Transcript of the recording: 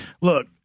Look